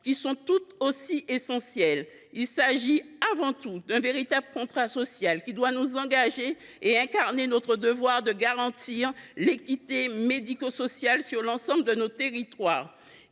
les unes que les autres. Il s’agit avant tout d’un véritable contrat social, qui doit nous engager et incarner notre devoir de garantir l’équité médico sociale sur l’ensemble de nos territoires.